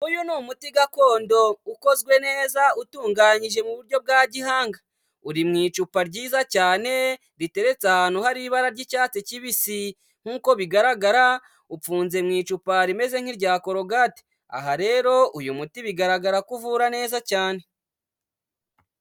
Uyu ni umuti gakondo ukozwe neza utunganyije mu buryo bwa gihanga. Uri mu icupa ryiza cyane riteretse ahantu hari ibara ry'icyatsi kibisi, nk'uko bigaragara upfunze mu icupa rimeze nk'irya Korogate. Aha rero uyu muti bigaragara ko uvura neza cyane.